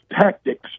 tactics